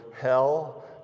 hell